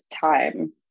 time